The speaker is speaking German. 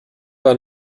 war